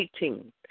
18